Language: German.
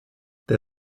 der